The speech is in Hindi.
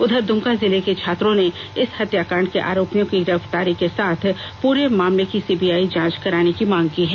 उधर दुमका जिले के छात्रों ने इस हत्याकांड के आरोपियों की गिरफ्तारी के साथ पूरे मामले की सीबीआई जांच कराने की मांग की है